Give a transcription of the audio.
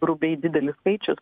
grubiai didelis skaičius